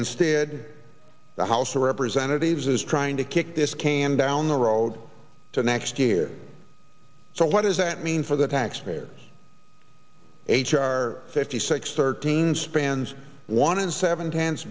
instead the house of representatives is trying to kick this can down the road to next year so what does that mean for the taxpayer h r fifty six thirteen spans one and seven ten